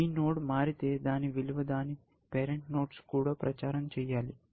ఈ నోడ్ మారితే దాని విలువ దాని పేరెంట్ నోడ్స్ కూడా ప్రచారం చేయాలి